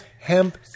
Hemp